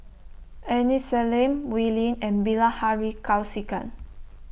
Aini Salim Wee Lin and Bilahari Kausikan